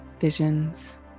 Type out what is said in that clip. visions